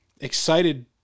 excited